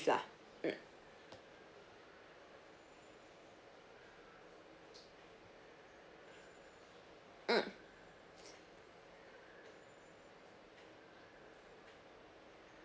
lah mm mm